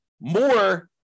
more